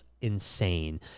insane